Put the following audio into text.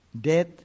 Death